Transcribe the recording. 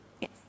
Yes